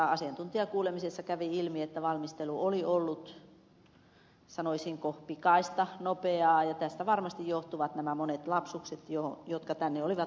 asiantuntijakuulemisessa kävi ilmi että valmistelu oli ollut sanoisinko pikaista nopeaa ja tästä varmasti johtuvat nämä monet lapsukset jotka tänne olivat pujahtaneet